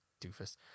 Doofus